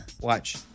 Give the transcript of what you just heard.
Watch